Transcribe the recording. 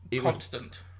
constant